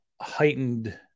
heightened